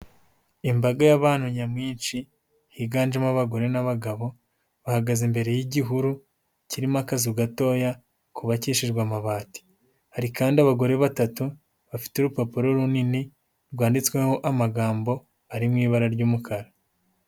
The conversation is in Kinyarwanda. Imbaga y'abantu nyamwinshi, higanjemo abagore n'abagabo, bahagaze imbere y'igihuru, kirimo akazu gatoya, kubakishejwe amabati. Hari kandi abagore batatu, bafite urupapuro runini, rwanditsweho amagambo ari mu ibara ry'umukara.